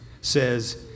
says